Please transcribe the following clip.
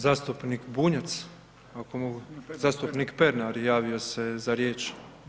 Zastupnik Bunjac ako mogu, zastupnik Pernar javio se za riječ.